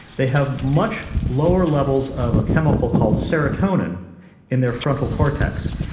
they have much lower levels of a chemical called serotonin in their frontal cortex.